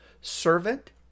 servant